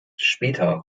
später